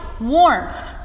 warmth